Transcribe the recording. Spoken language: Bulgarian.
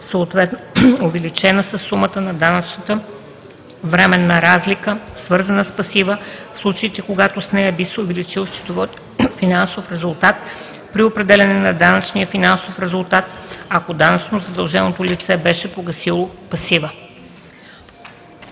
съответно увеличена със сумата на данъчната временна разлика, свързана с пасива, в случаите, когато с нея би се увеличил счетоводният финансов резултат при определяне на данъчния финансов резултат, ако данъчно задълженото лице беше погасило пасива.“